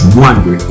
wonder